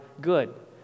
good